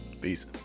peace